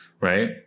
right